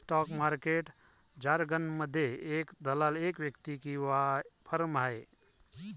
stock market जारगनमध्ये, एक दलाल एक व्यक्ती किंवा फर्म आहे